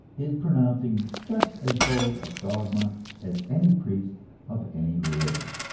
is pronouncing just as bold a dogma as any priest of any religion.